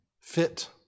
fit